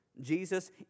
Jesus